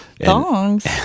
Thongs